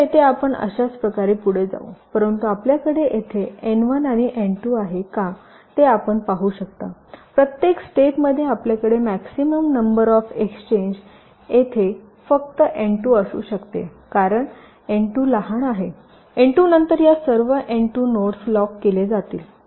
तर येथे आपण अशाच प्रकारे पुढे जाऊ परंतु आपल्याकडे येथे एन 1 आणि एन 2 आहे का ते आपण पाहू शकता प्रत्येक स्टेप मध्ये आपल्याकडे मॅक्सिमम नंबर ऑफ एक्सचेंज येथे फक्त एन 2 असू शकते कारण एन 2 लहान आहे एन 2 नंतर या सर्व एन 2 नोड्स लॉक केले जातील